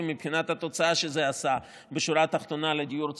מבחינת התוצאה שזה עשה בשורה התחתונה לדיור הציבורי,